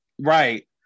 right